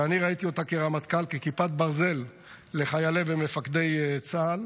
שאני ראיתי אותה כרמטכ"ל ככיפת ברזל לחיילי ומפקדי צה"ל.